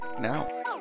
now